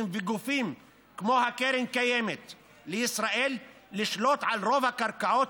וגופים כמו קרן קיימת לישראל לשלוט על רוב הקרקעות,